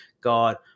God